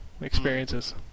experiences